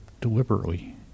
deliberately